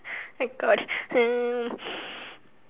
oh my god hmm